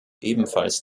ebenfalls